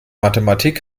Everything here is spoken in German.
mathematik